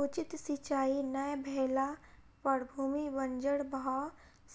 उचित सिचाई नै भेला पर भूमि बंजर भअ